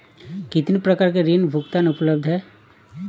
कितनी प्रकार के ऋण भुगतान उपलब्ध हैं?